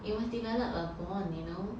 you must develop a bond you know